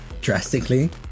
drastically